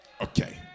Okay